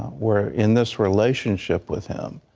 we're in this relationship with him.